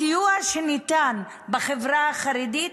הסיוע שניתן בחברה החרדית